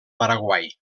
paraguai